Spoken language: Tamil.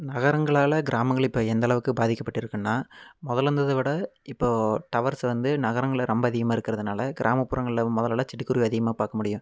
நகரங்களால் கிராமங்கள் இப்போ எந்தளவுக்கு பாதிக்கப்பட்டுருக்குன்னா முதல்ல இருந்ததை விட இப்போ டவர்ஸ் வந்து நகரங்களில் ரொம்ப அதிகமாக இருக்கறதுனால கிராமப்புறங்களில் முதல்லலாம் சிட்டுக் குருவி அதிகமாக பார்க்க முடியும்